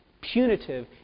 punitive